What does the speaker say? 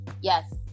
Yes